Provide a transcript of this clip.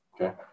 okay